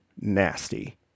nasty